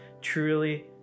truly